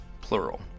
plural